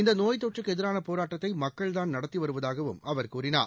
இந்த நோய் தொற்றுக்கு எதிரான போராட்டத்தை மக்கள்தான் நடத்தி வருவதாகவும் அவர் கூறினார்